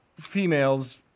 females